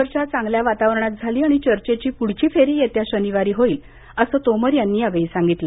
चर्चा चांगल्या वातावरणात झाली आणि चर्चेची पुढची फेरी येत्या शनिवारी होईल असं तोमर यांनी यावेळी सांगितलं